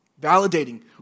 Validating